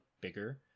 bigger